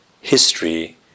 history